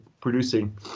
producing